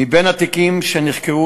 מבין התיקים שנחקרו,